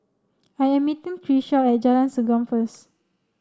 I'm meeting Tricia Segam first